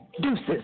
deuces